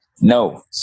No